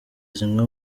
zimwe